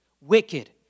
wicked